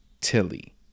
tilly